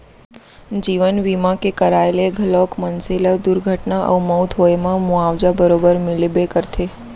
जीवन बीमा के कराय ले घलौक मनसे ल दुरघटना अउ मउत होए म मुवाजा बरोबर मिलबे करथे